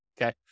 okay